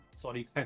Sorry